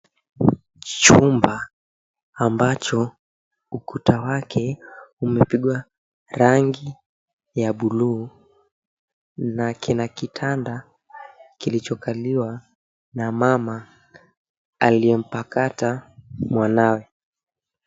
Chumba, ambacho ukuta wake umepigwa rangi ya buluu. Na kina kitanda kilichokaliwa na mama aliyempakata mwanawe.